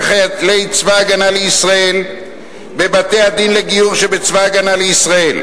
חיילי צבא-הגנה לישראל בבתי-הדין לגיור שבצבא-הגנה לישראל.